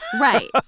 Right